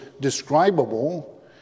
describable